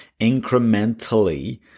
incrementally